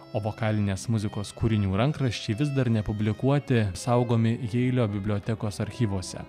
o vokalinės muzikos kūrinių rankraščiai vis dar nepublikuoti saugomi jeilio bibliotekos archyvuose